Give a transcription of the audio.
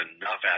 enough